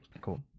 cool